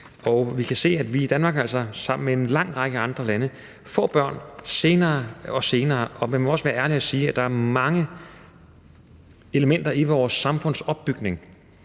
vi kan se, at vi i Danmark altså sammen med en lang række andre lande får børn senere og senere. Man må også være ærlig og sige, at der er mange elementer i vores samfunds opbygning